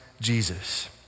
Jesus